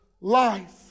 life